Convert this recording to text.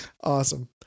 Awesome